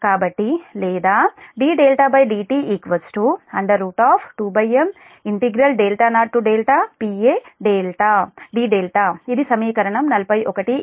కాబట్టి లేదా dδdt 2M 0Pa dδ ఇది సమీకరణం 41 ఎ